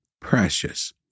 precious